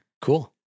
cool